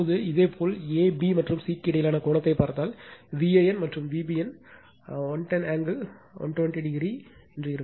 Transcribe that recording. இப்போது இதேபோல் a b மற்றும் c க்கு இடையிலான கோணத்தைப் பார்த்தால் Vanமற்றும் Vbn 110 ஆங்கிள் 120o ஆகும்